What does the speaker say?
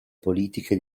politiche